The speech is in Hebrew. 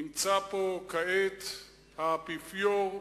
נמצא פה כעת האפיפיור,